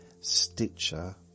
Stitcher